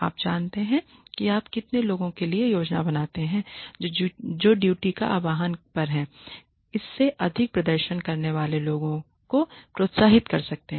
आप जानते हैं कि आप कितने लोगों के लिए योजना बनाते हैं जो ड्यूटी के आह्वान पर और उससे अधिक प्रदर्शन करने वाले लोगों को प्रोत्साहित कर सकते हैं